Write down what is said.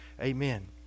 amen